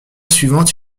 suivante